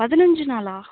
பதினஞ்சு நாளா